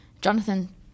Jonathan